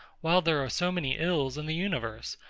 while there are so many ills in the universe,